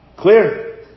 Clear